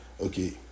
okay